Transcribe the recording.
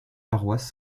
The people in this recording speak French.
paroisse